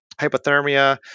Hypothermia